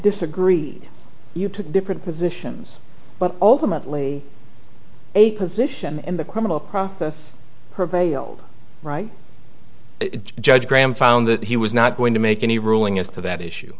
disagree you took different positions but ultimately a position in the criminal process prevailed right judge graham found that he was not going to make any ruling as to that issue